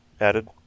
added